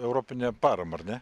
europinę paramą ar ne